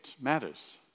matters